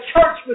church